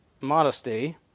modesty